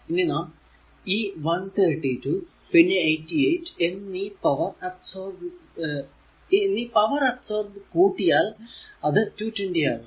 ഇനി നാം ഈ 132 പിന്നെ 88 എന്നീ പവർ അബ്സോർബ് കൂട്ടിയാൽ അത് 220 ആകുന്നു